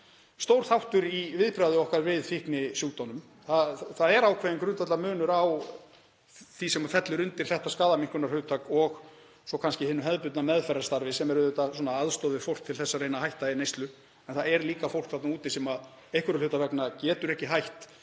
stór þáttur í viðbragði okkar við fíknisjúkdómum. Það er ákveðinn grundvallarmunur á því sem fellur undir þetta skaðaminnkunarhugtak og svo kannski hinu hefðbundna meðferðarstarfi sem er aðstoð við fólk við að reyna að hætta í neyslu. En það er líka fólk þarna úti sem einhverra hluta vegna getur ekki hætt